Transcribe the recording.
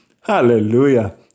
Hallelujah